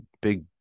big